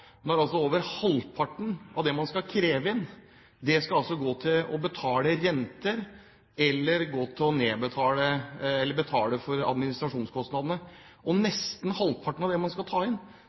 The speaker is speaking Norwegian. når over halvparten av det man skal kreve inn, skal gå til å betale renter eller til å betale administrasjonskostnader. Nesten halvparten av det man skal ta inn,